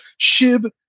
shib